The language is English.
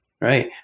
Right